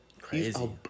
Crazy